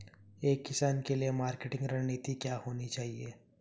एक किसान के लिए मार्केटिंग रणनीति क्या होनी चाहिए?